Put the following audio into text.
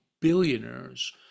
billionaires